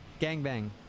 Gangbang